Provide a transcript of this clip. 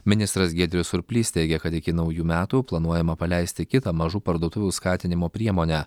ministras giedrius surplys teigia kad iki naujų metų planuojama paleisti kitą mažų parduotuvių skatinimo priemonę